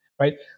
right